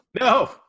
No